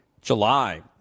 July